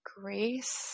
grace